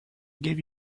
gave